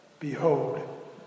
Behold